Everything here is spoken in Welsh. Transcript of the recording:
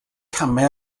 camau